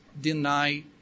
deny